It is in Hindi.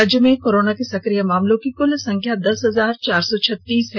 राज्य में कोरोना के सक्रिय मामलों की कुल संख्या दस हजार चार सौ छत्तीस है